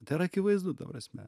tai yra akivaizdu ta prasme